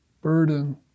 burden